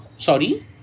Sorry